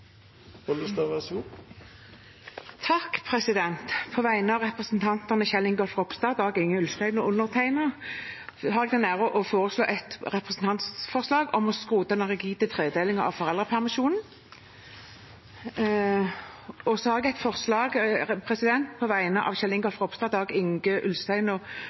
På vegne av representantene Kjell Ingolf Ropstad, Dag-Inge Ulstein og meg selv har jeg den ære å framsette et representantforslag om å skrote den rigide tredelingen av foreldrepermisjonen. Og jeg vil fremme forslag på vegne av Kjell Ingolf Ropstad, Dag-Inge Ulstein